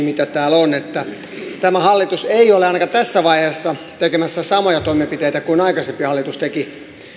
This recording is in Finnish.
mitä täällä on tämä hallitus ei ole ainakaan tässä vaiheessa tekemässä samoja toimenpiteitä kuin mitä aikaisempi hallitus teki